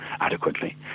adequately